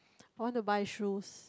I want to buy shoes